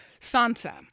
Sansa